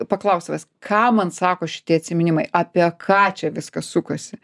paklausk savęs ką man sako šitie atsiminimai apie ką čia viskas sukasi